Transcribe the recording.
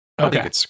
Okay